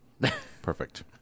Perfect